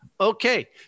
Okay